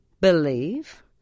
believe